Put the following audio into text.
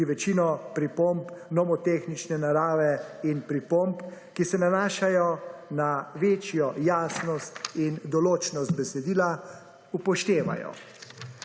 ki večino pripomb nomotehnične narave in pripomb, ki se nanašajo na večjo jasnost in določnost besedila upoštevajo.